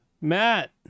Matt